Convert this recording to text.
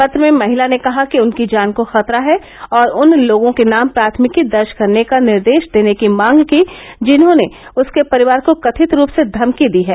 पेत्र में महिला ने कहा कि उनकी जान को खतरा है और उन लोगों के नाम प्राथमिकी दर्ज करने का निर्देश देने की मांग की जिन्होंने उसके परिवार को कथित रूप से धमकी दी है